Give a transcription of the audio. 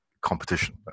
competition